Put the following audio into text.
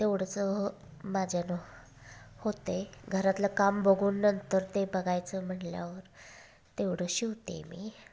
तेवढंच माझ्यानं होतंय घरातलं काम बघून नंतर ते बघायचं म्हटल्यावर तेवढं शिवते मी